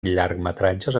llargmetratges